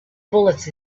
bullets